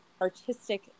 artistic